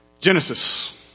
Genesis